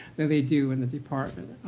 than they do in the department.